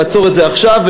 ולעצור את זה עכשיו,